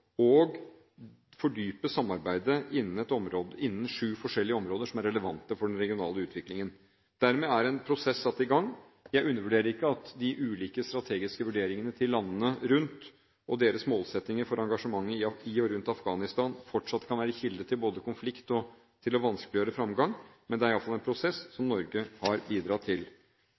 og fordype samarbeidet innen syv forskjellige områder som er relevante for den regionale utviklingen. Dermed er en prosess satt i gang. Jeg undervurderer ikke at de ulike strategiske vurderingene til landene rundt og deres målsettinger for engasjementet i og rundt Afghanistan fortsatt kan være kilde til både konflikt og til å vanskeliggjøre fremgang, men det er i alle fall en prosess som Norge har bidratt til.